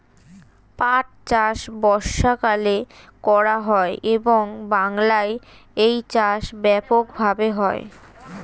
পাট চাষ বর্ষাকালে করা হয় এবং বাংলায় এই চাষ ব্যাপক ভাবে হয়